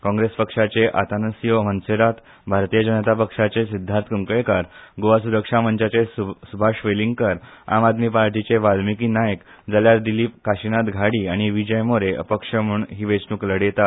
काँग्रेस पक्षाचे आतानासियो मोंसेरात भारतीय जनता पक्षाचे सिद्धार्थ कुंकळकार गोवा सुरक्षा मंचाचे सुभाष वेलिंगकार आम आदमी पार्टीचे वाल्मिकी नायक जाल्यार दिलीप काशीनाथ घाडी आनी विजय मोरे अपक्ष म्हणून ही वेंचणूक लडयतात